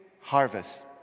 harvest